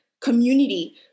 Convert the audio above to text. community